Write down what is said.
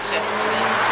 Testament